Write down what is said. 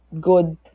good